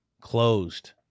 closed